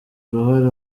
uruhare